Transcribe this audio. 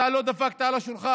אתה לא דפקת על השולחן.